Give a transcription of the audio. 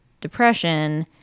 depression